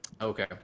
Okay